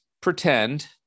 pretend